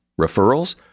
Referrals